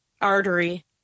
artery